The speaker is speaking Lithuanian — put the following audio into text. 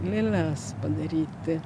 lėles padaryti